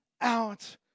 out